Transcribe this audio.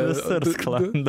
visur sklando